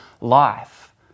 life